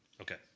Okay